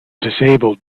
disabled